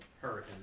Hurricane